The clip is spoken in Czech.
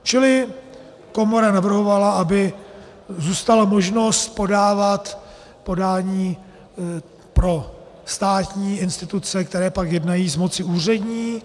Čili komora navrhovala, aby zůstala možnost podávat podání pro státní instituce, které pak jednají z moci úřední.